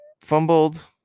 fumbled